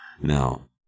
Now